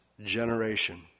generation